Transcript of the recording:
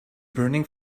burning